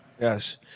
Yes